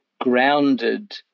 grounded